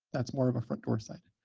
that's more of a front door site.